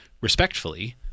respectfully